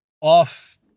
off